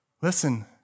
listen